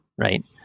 right